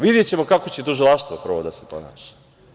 Videćemo kako će tužilaštvo prvo da se ponaša.